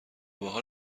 بحال